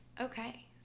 Okay